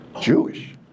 Jewish